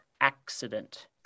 accident